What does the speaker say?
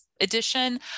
edition